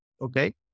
Okay